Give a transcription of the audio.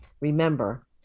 Remember